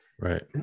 Right